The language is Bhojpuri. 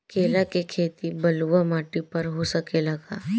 केला के खेती बलुआ माटी पर हो सकेला का?